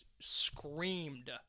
screamed